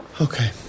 Okay